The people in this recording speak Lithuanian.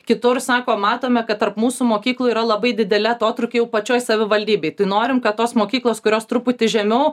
kitur sako matome kad tarp mūsų mokyklų yra labai dideli atotrūkiai jau pačioj savivaldybėj tai norim kad tos mokyklos kurios truputį žemiau